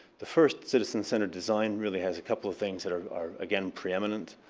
the first citizen centre design really has couple of things that are are again pre eminent.